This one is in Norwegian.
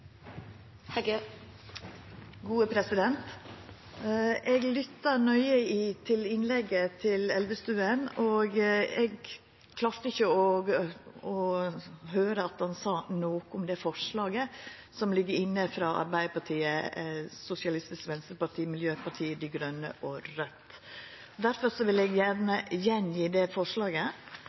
eg klarte ikkje å høyra at han sa noko om det forslaget som ligg inne frå Arbeidarpartiet, Sosialistisk Venstreparti, Miljøpartiet Dei Grøne og Raudt. Difor vil eg gjerne gje att det forslaget: